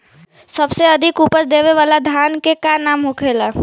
सबसे अधिक उपज देवे वाला धान के का नाम होखे ला?